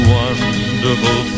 wonderful